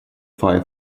five